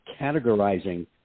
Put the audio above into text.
categorizing